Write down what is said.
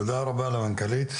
תודה רבה למנכ"לית.